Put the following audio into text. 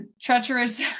treacherous